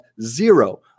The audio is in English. zero